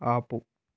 ఆపు